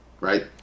right